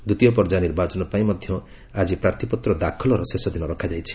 ଦ୍ୱିତୀୟ ପର୍ଯ୍ୟାୟ ନିର୍ବାଚନ ପାଇଁ ମଧ୍ୟ ଆଜି ପ୍ରାର୍ଥପତ୍ର ଦାଖଲର ଶେଷଦିନ ରଖାଯାଇଛି